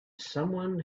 someone